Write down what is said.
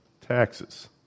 taxes